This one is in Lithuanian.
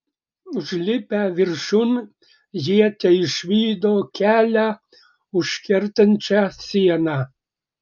užlipę viršun jie teišvydo kelią užkertančią sieną